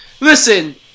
Listen